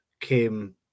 came